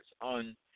on